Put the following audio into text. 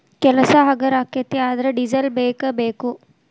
ಕೆಲಸಾ ಹಗರ ಅಕ್ಕತಿ ಆದರ ಡಿಸೆಲ್ ಬೇಕ ಬೇಕು